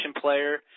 player